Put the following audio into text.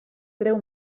treu